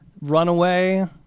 runaway